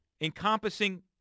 Encompassing